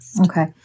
Okay